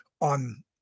on